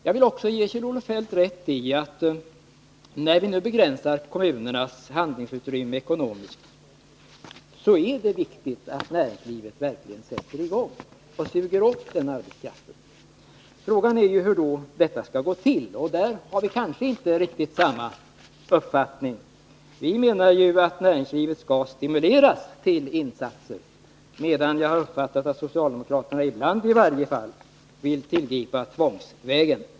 Jag vill också ge Kjell-Olof Feldt rätt i att när vi nu begränsar kommunernas handlingsutrymme ekonomiskt, så är det viktigt att näringslivet verkligen sätter i gång och suger upp den arbetskraften. Frågan är då hur detta skall gå till, och där har vi kanske inte riktigt samma uppfattning. Vi menar att näringslivet skall stimuleras till insatser, medan jag har uppfattat det så att socialdemokraterna i vissa fall vill tillgripa tvångsåtgärder.